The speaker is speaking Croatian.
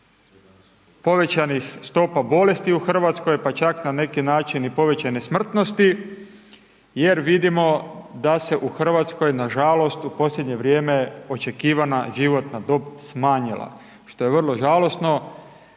povećanih stopa bolesti u Hrvatskoj, pa čak na neki način i povećane smrtnosti, jer vidimo da se u Hrvatskoj, nažalost, u posljednje vrijeme, očekivana životna dob smanjila, što je vrlo žalosno